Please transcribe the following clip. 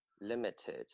limited